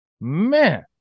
Man